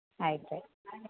ಆಯ್ತು ಆಯ್ತು